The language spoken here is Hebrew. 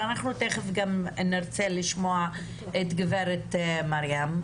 אנחנו תיכף גם נרצה לשמוע את גברת מרים.